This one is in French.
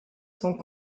sont